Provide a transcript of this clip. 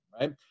right